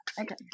Okay